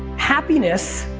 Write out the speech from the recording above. happiness